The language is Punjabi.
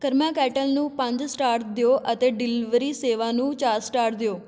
ਕਰਮਾ ਕੈਟਲ ਨੂੰ ਪੰਜ ਸਟਾਰ ਦਿਓ ਅਤੇ ਡਿਲੀਵਰੀ ਸੇਵਾ ਨੂੰ ਚਾਰ ਸਟਾਰ ਦਿਓ